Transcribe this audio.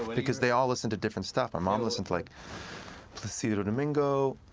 but because they all listened to different stuff. my mom listened to like placido domingo,